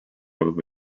over